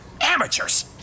Amateurs